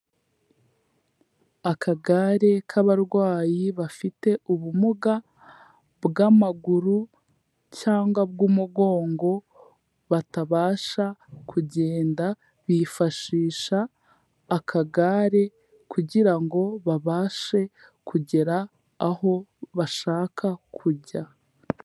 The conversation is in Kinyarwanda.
Akagare k'abarwayi bafite ubumuga bw'amaguru, cyangwa bw'umugongo batabasha kugenda, bifashisha akagare kugira ngo babashe kugera aho bashaka kujya.